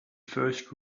first